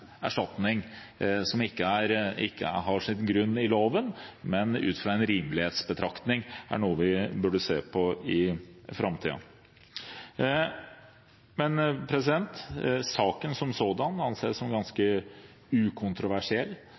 har sin grunn i loven, men ut fra en rimelighetsbetraktning. Det er noe vi burde se på i framtiden. Saken som sådan anses som ganske ukontroversiell.